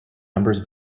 numbers